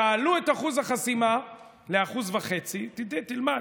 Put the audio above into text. תעלו את אחוז החסימה ל-1.5% תלמד,